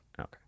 Okay